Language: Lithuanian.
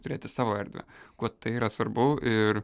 turėti savo erdvę kuo tai yra svarbu ir